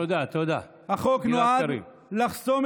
תודה, תודה, גלעד קריב.